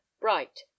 bright